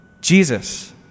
Jesus